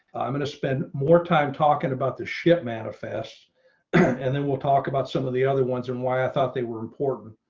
i'm going to spend more time talking about the ship manifest and then we'll talk about some of the other ones and why i thought they were important.